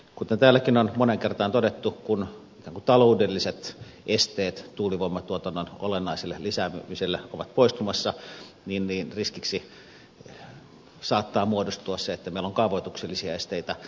kuten täälläkin on moneen kertaan todettu kun taloudelliset esteet tuulivoimatuotannon olennaiselle lisäämiselle ovat poistumassa niin riskiksi saattaa muodostua se että meillä on kaavoituksellisia esteitä